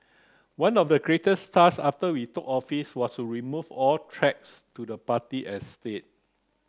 one of the greatest task after we took office was to remove all threats to the party and state